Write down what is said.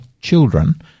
Children